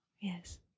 Yes